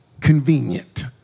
convenient